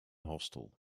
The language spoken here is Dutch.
hostel